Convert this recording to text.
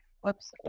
Whoops